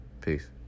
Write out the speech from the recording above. Peace